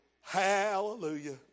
Hallelujah